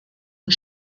und